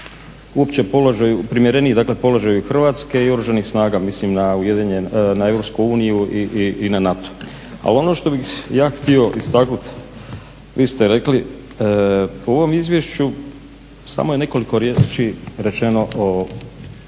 položaju, primjereniji dakle položaju Hrvatske i Oružanih snaga. Mislim na Europsku uniju i na NATO. Ali ono što bih ja htio istaknuti, vi ste rekli po ovom izvješću samo je nekoliko riječi rečeno o